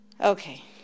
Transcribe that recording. Okay